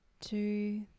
two